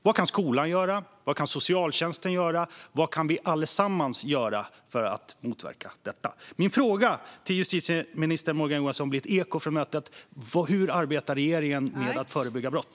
Vad kan skolan göra? Vad kan socialtjänsten göra? Vad kan vi alla göra för att motverka det? Min fråga till justitieminister Morgan Johansson blir ett eko från mötet: Hur arbetar regeringen med att förebygga brott?